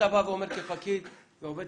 אתה בא ואומר כעובד ציבור,